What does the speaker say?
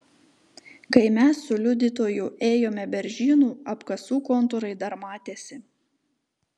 kai mes su liudytoju ėjome beržynu apkasų kontūrai dar matėsi